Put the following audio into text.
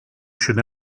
should